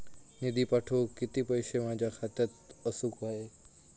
निधी पाठवुक किती पैशे माझ्या खात्यात असुक व्हाये?